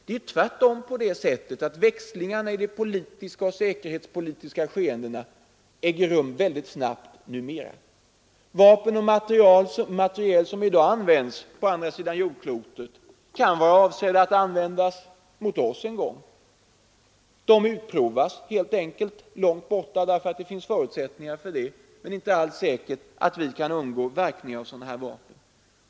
Det är tvärtom på det sättet att växlingarna i de politiska och säkerhetspolitiska skeendena äger rum väldigt snabbt numera. Vapen och materiel som i dag används på andra sidan jordklotet kan vara avsedda att användas mot oss en gång. Vapnen utprovas helt enkelt långt borta därför att det där finns förutsättningar för detta, men det är inte alls säkert att vi kan undgå verkningarna av sådana vapen.